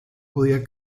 podía